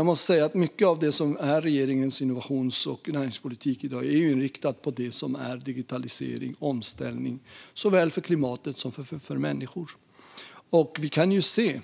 Jag måste säga att mycket av det som är regeringens innovations och näringspolitik i dag är inriktat på digitalisering och omställning, såväl för klimatet som för människor. Vi kan ju se